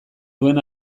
duen